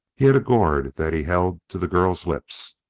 he had a gourd that he held to the girl's lips.